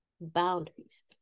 boundaries